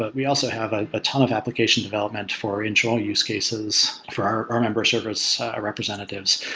but we also have a but ton of application development for internal use cases for our our member service ah representatives.